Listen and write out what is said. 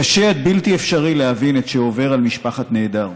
קשה עד בלתי אפשרי להבין את שעובר על משפחת נעדר,